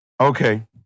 Okay